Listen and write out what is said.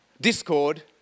Discord